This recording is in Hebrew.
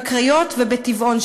בקריות ובטבעון,